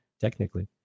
technically